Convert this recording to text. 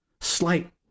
slight